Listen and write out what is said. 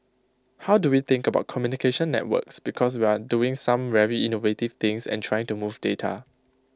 how do we think about communication networks because we are doing some very innovative things and trying to move data